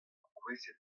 kouezhet